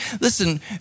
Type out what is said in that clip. Listen